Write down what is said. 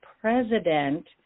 president